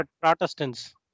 Protestants